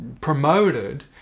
promoted